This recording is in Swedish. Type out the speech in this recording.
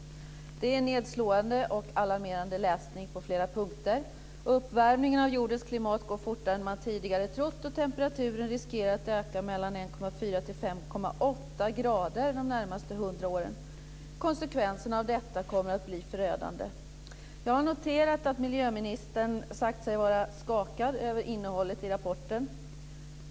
Det är nedslående och alarmerande läsning på flera punkter. Uppvärmningen av jordens klimat går fortare än man tidigare trott, och temperaturen riskerar att öka mellan 1,4 och 5,8 grader de närmaste hundra åren. Konsekvenserna av detta kommer att bli förödande. Jag har noterat att miljöministern sagt sig vara skakad av innehållet i rapporten.